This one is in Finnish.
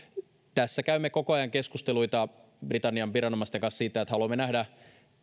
tässä käymme koko ajan keskusteluita britannian viranomaisten kanssa siitä että haluamme nähdä